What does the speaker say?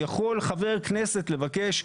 יכול חבר כנסת לבקש,